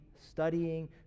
studying